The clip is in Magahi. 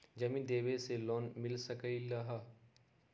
जमीन देवे से लोन मिल सकलइ ह?